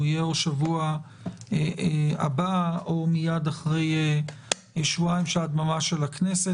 או בשבוע הבא או מייד אחרי שבועיים של הדממה של הכנסת,